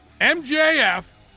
MJF